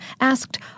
asked